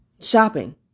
shopping